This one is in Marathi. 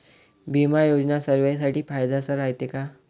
बिमा योजना सर्वाईसाठी फायद्याचं रायते का?